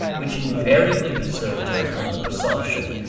which invariably preserved her from the presumption,